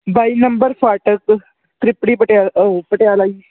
ਬਾਈ number ਫਾਟਕ ਤਰਿੱਪੜੀ ਪਟਿਆ ਓ ਪਟਿਆਲਾ ਜੀ